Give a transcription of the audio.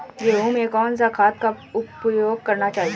गेहूँ में कौन सा खाद का उपयोग करना चाहिए?